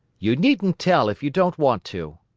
you needn't tell if you don't want to.